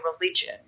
religion